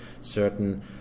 certain